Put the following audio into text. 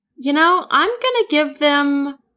you know, i'm gonna give them.